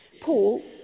Paul